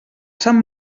sant